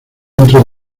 dentro